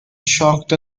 shocked